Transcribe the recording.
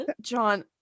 John